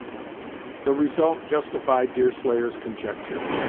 the result justified deerslayer's conjecture.